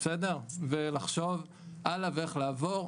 ולחשוב הלאה ואיך לעבור,